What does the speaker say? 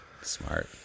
Smart